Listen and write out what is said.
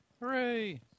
Hooray